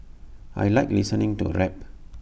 I Like listening to rap